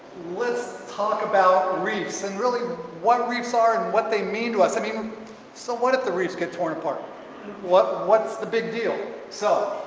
let's talk about reefs and really what reefs are and what they mean to us? i mean so what if the reefs get torn apart what what's the big deal? so,